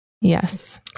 Yes